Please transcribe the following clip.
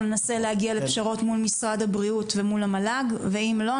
אנחנו ננסה להגיע לפשרות מול משרד הבריאות ומול המל"ג ואם לא,